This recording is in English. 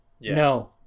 No